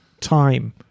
time